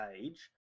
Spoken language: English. age